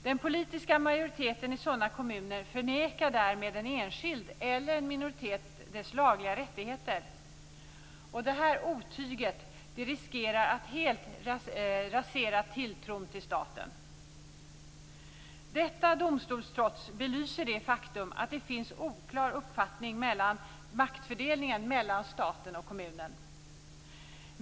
Den politiska majoriteten i sådana kommuner förnekar därmed en enskild eller en minoritet dess lagliga rättigheter, och det här otyget riskerar att helt rasera tilltron till staten. Detta domstolstrots belyser det faktum att det finns en oklar uppfattning om maktfördelningen mellan staten och kommunerna.